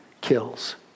kills